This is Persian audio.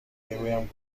بگویم